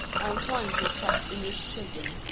i am trying to attract english children.